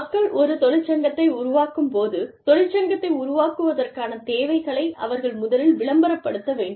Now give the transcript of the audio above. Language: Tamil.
மக்கள் ஒரு தொழிற்சங்கத்தை உருவாக்கும் போது தொழிற்சங்கத்தை உருவாக்குவதற்கான தேவைகளை அவர்கள் முதலில் விளம்பரப்படுத்த வேண்டும்